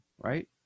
right